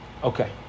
Okay